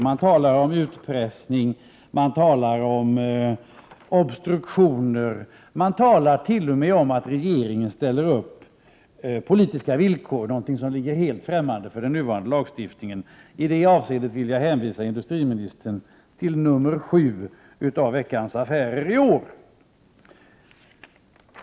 Man talar om utpressning och om obstruktioner, t.o.m. om att regeringen ställer upp politiska villkor, något som är helt främmande för den nuvarande lagstiftningen. I det avseendet vill jag hänvisa industriministern till nr 7 i år av Veckans Affärer.